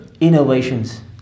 innovations